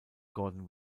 gordon